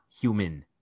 human